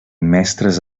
mestres